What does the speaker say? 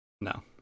No